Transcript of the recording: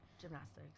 Gymnastics